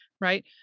Right